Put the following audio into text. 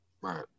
Right